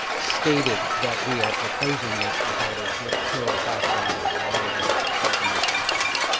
stated that we are proposing this without a good thorough background of why we are proposing this on our half.